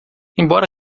embora